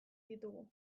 ditugu